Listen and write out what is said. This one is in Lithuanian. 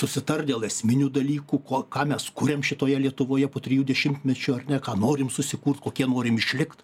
susitart dėl esminių dalykų ko ką mes kuriam šitoje lietuvoje po trijų dešimtmečių ar ne ką norim susikurt kokie norim išlikt